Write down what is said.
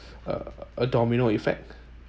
a a domino effect